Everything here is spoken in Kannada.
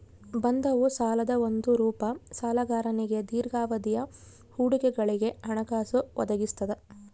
ಬಂಧವು ಸಾಲದ ಒಂದು ರೂಪ ಸಾಲಗಾರನಿಗೆ ದೀರ್ಘಾವಧಿಯ ಹೂಡಿಕೆಗಳಿಗೆ ಹಣಕಾಸು ಒದಗಿಸ್ತದ